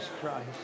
Christ